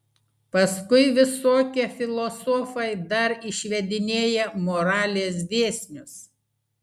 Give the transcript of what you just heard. paskui visokie filosofai dar išvedinėja moralės dėsnius